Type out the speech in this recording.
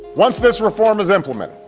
what's this reform is implemented,